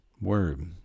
word